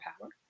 power